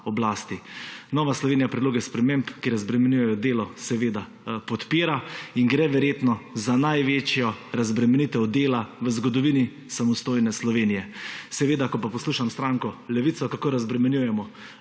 oblasti. Nova Slovenija predloge sprememb, ki razbremenjujejo delo, seveda podpira. Verjetno gre za največjo razbremenitev dela v zgodovini samostojne Slovenije. Ko poslušam stranko Levica, kako razbremenjujemo